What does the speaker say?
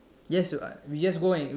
yes we just go and